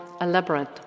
elaborate